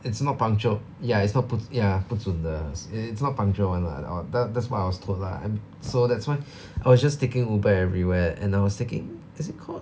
it's not punctual ya it's not 不 ya 不准的 it it's not punctual [one] lah al~ that that's what I was told lah so that's why I was just thinking Uber everywhere and I was thinking is it called